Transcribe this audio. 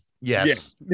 Yes